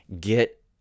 get